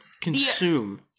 Consume